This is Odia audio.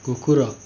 କୁକୁର